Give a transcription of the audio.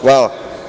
Hvala.